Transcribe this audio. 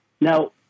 Now